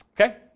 Okay